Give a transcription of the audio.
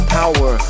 power